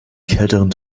kälteren